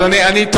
טוב.